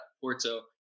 Porto